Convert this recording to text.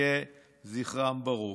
יהי זכרם ברוך.